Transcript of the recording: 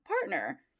partner